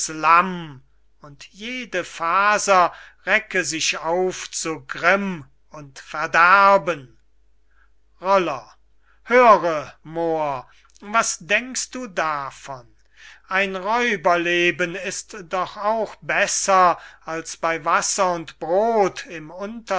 lamm und jede faser recke sich auf zum grimm und verderben roller höre moor was denkst du davon ein räuberleben ist doch auch besser als bey wasser und brod im